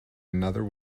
another